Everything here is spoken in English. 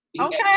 Okay